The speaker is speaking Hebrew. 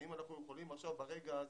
האם אנחנו יכולים עכשיו ברגע הזה,